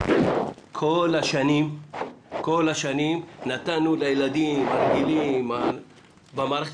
כל השנים נתנו לילדים הרגילים במערכת